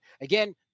Again